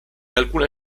alcune